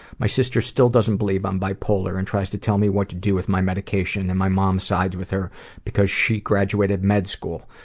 my sister still doesn't believe i'm bipolar, and tries to tell me what to do with my medication and my mom sides with her cause she graduated med school.